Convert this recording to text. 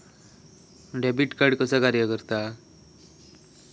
Debit card कसा कार्य करता?